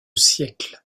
siècle